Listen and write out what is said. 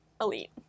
elite